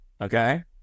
Okay